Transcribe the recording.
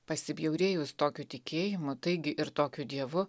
pasibjaurėjus tokiu tikėjimu taigi ir tokiu dievu